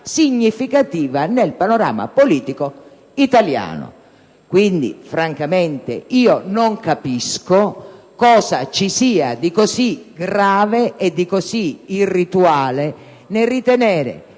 significativa nel panorama politico. Quindi, francamente, non capisco cosa ci sia di così grave ed irrituale nel ritenere